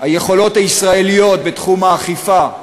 היכולות הישראליות בתחום האכיפה,